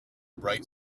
bright